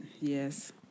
Yes